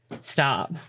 Stop